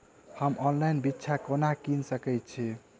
हम ऑनलाइन बिच्चा कोना किनि सके छी?